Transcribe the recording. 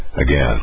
Again